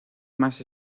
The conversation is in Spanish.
más